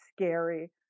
scary